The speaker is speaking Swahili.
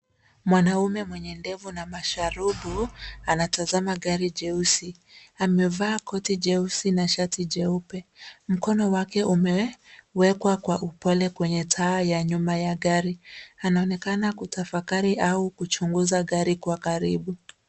Mwanaume mwenye ndefu na masharubu anatazama gari jeusi. Amevaa koti jeusi na shati jeupe. Mkono wake imewekwa kwa upole kwenye taa ya nyuma ya gari. Anaonekana kutafakari au kuchunguza gari kwa karibu.